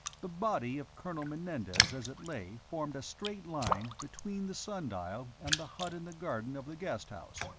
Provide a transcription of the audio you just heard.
the body of colonel menendez as it lay formed a straight line between the sun-dial and the hut in the garden of the guest house.